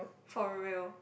for real